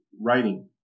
writing